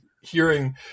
hearing